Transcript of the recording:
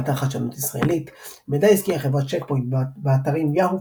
באתר "חדשנות ישראלית" מידע עסקי על חברת צ'ק פוינט באתרים Yahoo!